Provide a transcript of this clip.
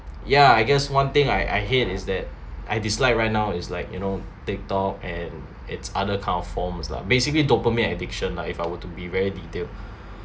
ya I guess one thing I I hate is that I dislike right now is like you know tiktok and its other kind of forms lah basically dopamine addiction lah if I were to be very detail